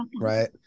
right